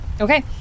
Okay